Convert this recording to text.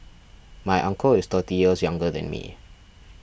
my uncle is thirty years younger than me